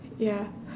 ya